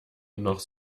noch